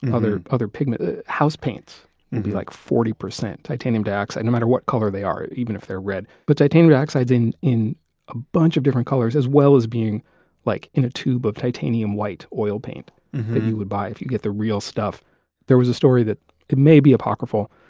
and other other pigments. house paints will be like forty percent titanium dioxide, no matter what color they are, even if they're red. but titanium dioxide's in in a bunch of different colors as well as being like in a tube of titanium white oil paint that you would buy if you get the real stuff there was a story that, it may be apocryphal,